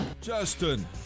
Justin